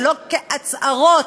ולא כהצהרות,